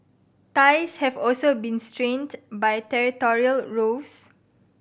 ties have also been strained by territorial rows